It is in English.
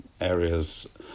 areas